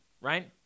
right